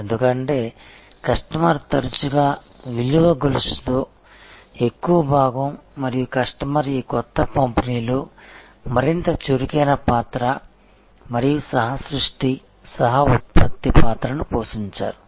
ఎందుకంటే కస్టమర్ తరచుగా విలువ గొలుసులో ఎక్కువ భాగం మరియు కస్టమర్ ఈ కొత్త పంపిణీలో మరింత చురుకైన పాత్ర మరియు సహ సృష్టి సహ ఉత్పత్తి పాత్రను పోషించారు